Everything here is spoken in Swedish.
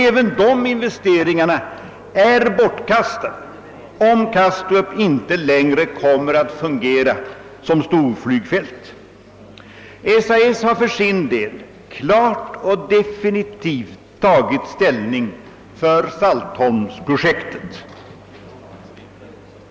Även dessa investeringar är bortkastade om Kastrup inte längre kommer att fungera som storflygfält. SAS har för sin del klart och definitivt tagit ställning för saltholmsprojektet.